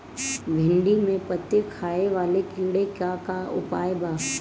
भिन्डी में पत्ति खाये वाले किड़ा के का उपाय बा?